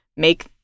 make